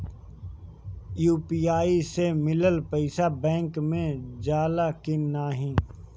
UPI से मिलल पईसा बैंक मे जाला की नाहीं?